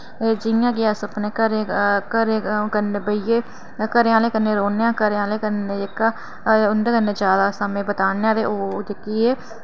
जि'यां कि अस अपने घरे घरे कन्नै बेहियै घरे आह्लें कन्नै रौह्न्ने आं घरे आह्लें कन्नै जेह्का उं'दे कन्नै जैदा समां बिताने आं ते ओ जेह्की एह्